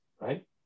right